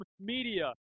media